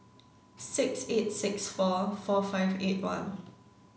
six eight six four four five eight one